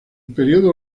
periodo